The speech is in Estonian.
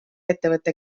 ettevõte